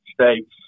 States